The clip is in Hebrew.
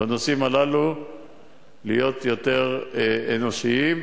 בנושאים הללו להיות יותר אנושית,